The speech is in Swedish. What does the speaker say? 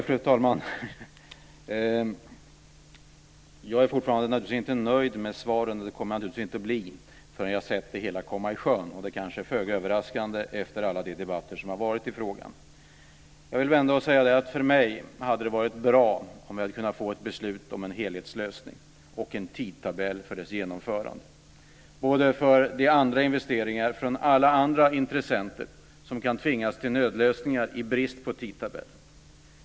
Fru talman! Jag är fortfarande naturligtvis inte nöjd med svaren och det kommer jag inte att bli förrän jag har sett det hela komma i sjön. Det kanske är föga överraskande efter alla de debatter som har hållits i frågan. För mig hade det varit bra om vi hade kunnat få ett beslut om en helhetslösning och en tidtabell för dess genomförande med tanke på investeringar från alla andra intressenter, som kan tvingas till nödlösningar i brist på tidtabell.